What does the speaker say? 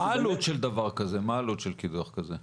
מה העלות של קידוח כזה?